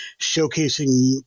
showcasing